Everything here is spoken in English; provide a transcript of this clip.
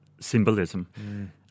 symbolism